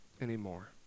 anymore